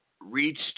reached